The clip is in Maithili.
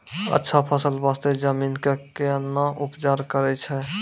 अच्छा फसल बास्ते जमीन कऽ कै ना उपचार करैय छै